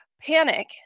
panic